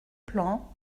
plan